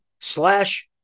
slash